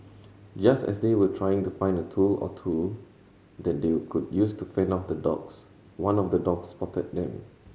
just as they were trying to find a tool or two that they could use to fend off the dogs one of the dogs spotted them